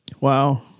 Wow